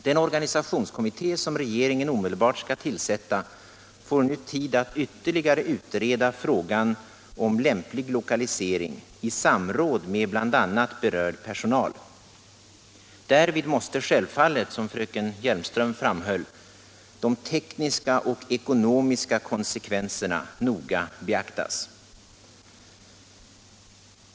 Den organisationskommitté som regeringen omedelbart skall tillsätta får nu tid att ytterligare utreda frågan om lämplig lokalisering i samråd med bl.a. berörd personal. Därvid måste självfallet, som fröken Hjelmström framhöll, de tekniska och ekonomiska konsekvenserna noga beaktas.